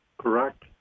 Correct